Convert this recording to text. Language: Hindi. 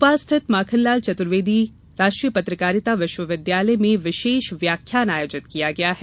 भोपाल स्थित माखनलाल चतुर्वेदी पत्रकारिता विश्वविद्यालय में विशेष व्याख्यान आयोजित किया गया है